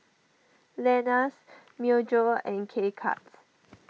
Lenas Myojo and K Cuts